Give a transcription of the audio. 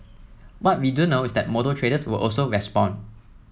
what we do know is that motor traders will also respond